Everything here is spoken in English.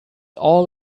all